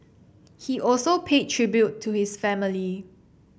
he also paid tribute to his family